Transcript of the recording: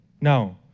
No